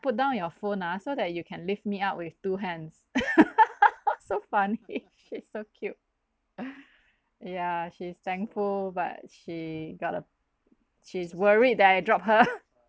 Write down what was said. put down your phone ah so that you can lift me up with two hands so funny she's so cute yeah she's thankful but she got up she's worried that I drop her